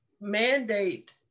mandate